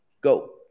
go